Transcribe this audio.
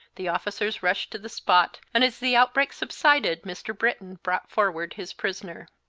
the officers rushed to the spot, and as the outbreak subsided mr. britton brought forward his prisoner.